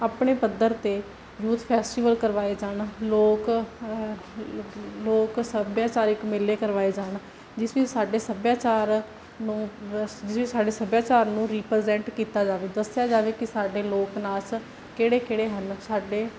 ਆਪਣੇ ਪੱਧਰ 'ਤੇ ਯੂਥ ਫੈਸਟੀਵਲ ਕਰਵਾਏ ਜਾਣ ਲੋਕ ਆ ਲੋਕ ਸੱਭਿਆਚਾਰਿਕ ਮੇਲੇ ਕਰਵਾਏ ਜਾਣ ਜਿਸ ਵਿੱਚ ਸਾਡੇ ਸੱਭਿਆਚਾਰ ਨੂੰ ਜਿਸ ਵਿੱਚ ਸਾਡੇ ਸੱਭਿਆਚਾਰ ਨੂੰ ਰੀਪ੍ਰਜੈਂਟ ਕੀਤਾ ਜਾਵੇ ਦੱਸਿਆ ਜਾਵੇ ਕਿ ਸਾਡੇ ਲੋਕ ਨਾਚ ਕਿਹੜੇ ਕਿਹੜੇ ਹਨ ਸਾਡੇ